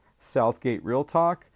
southgaterealtalk